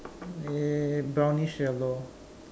eh brownish yellow